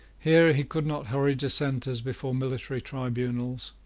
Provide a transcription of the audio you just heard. here he could not hurry dissenters before military tribunals,